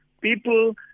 People